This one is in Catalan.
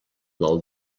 del